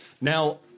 Now